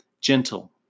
gentle